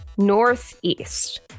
northeast